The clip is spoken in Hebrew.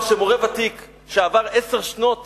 ותיק שעבר עשר שנות